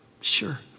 sure